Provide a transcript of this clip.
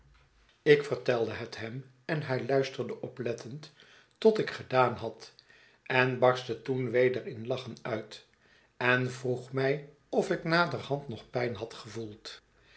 ik vertelde het hem en hij luisterde oplettend tot ik gedaan had en barstte toen weder in lachen uit en vroeg mij of ik naderhand nog pijn had gevoeld